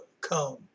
come